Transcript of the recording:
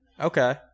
Okay